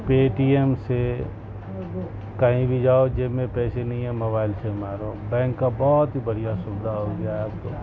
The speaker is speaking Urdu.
پے ٹی ایم سے کہیں بھی جاؤ جیب میں پیسے نہیں ہے موبائل سے مارو بینک کا بہت ہی بڑھیا سبدھا ہوگیا ہے اب تو